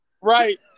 Right